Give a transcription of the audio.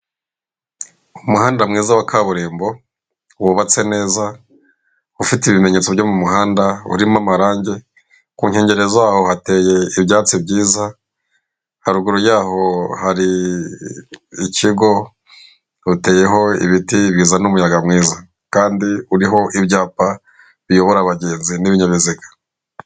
Umuhanda mwiza wa kaburimbo wubatse neza ufite ibimenyetso byo mu muhanda urimo amarangi, ku nkengero zaho hateye ibyatsi byiza, haruguru yaho hari ikigo hateyeho ibiti bizazana umuyaga mwiza kandi uriho ibyapa biyobora abagenzi n'ibinyabiziga.